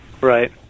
Right